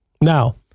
Now